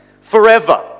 forever